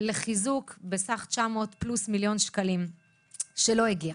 לחיזוק על סך 900 מיליון שקלים שלא הגיעה.